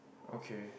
okay